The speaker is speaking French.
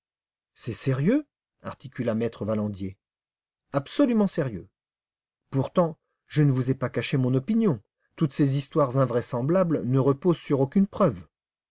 c'est sérieux articula m e valandier absolument sérieux pourtant je ne vous ai pas caché mon opinion toutes ces histoires invraisemblables ne reposent sur aucune preuve